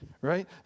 right